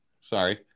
sorry